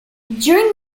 during